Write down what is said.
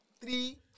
Three